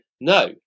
no